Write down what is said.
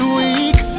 weak